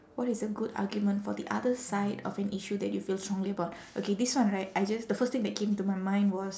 what is a good argument for the other side of an issue that you feel strongly about okay this one right I just the first thing that came to my mind was